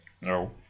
No